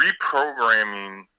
reprogramming